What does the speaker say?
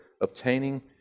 obtaining